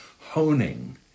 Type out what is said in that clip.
honing